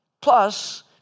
Plus